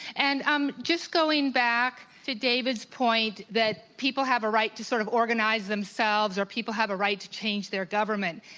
and um just going back to david's point that people have a right to sort of organize themselves, or people have a right to change their government,